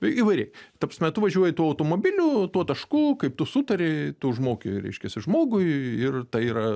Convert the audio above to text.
įvairiai ta prasme tu važiuoji tuo automobiliu tuo tašku kaip tu sutari tu užmoki reiškiasi žmogui ir tai yra